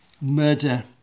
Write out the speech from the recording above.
murder